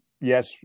yes